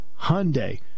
Hyundai